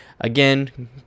Again